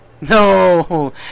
No